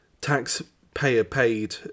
taxpayer-paid